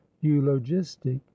eulogistic